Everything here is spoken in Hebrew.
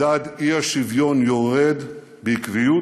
מדד האי-שוויון יורד בעקביות